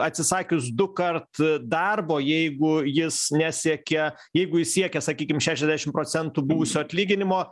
atsisakius dukart darbo jeigu jis nesiekia jeigu jis siekia sakykime šešiasdešim procentų buvusio atlyginimo